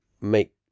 make